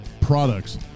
Products